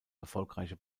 erfolgreiche